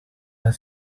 are